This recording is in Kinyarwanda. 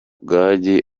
gangi